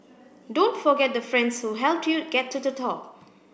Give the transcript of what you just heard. don't forget the friends who helped you get to the top